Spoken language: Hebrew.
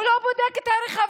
הוא לא בודק את הרכבים,